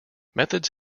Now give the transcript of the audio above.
methods